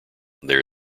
there